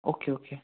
okay okay